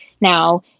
now